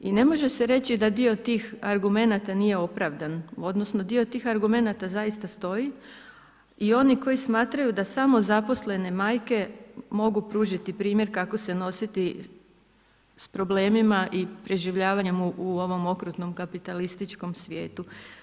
I ne može se reći da dio tih argumenata nije opravdan odnosno dio tih argumenata zaista stoji i oni koji smatraju da samozaposlene majke mogu pružiti primjer kako se nositi s problemima i preživljavanjem u ovom okrutnom kapitalističkom svijetu.